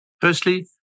Firstly